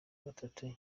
gatatu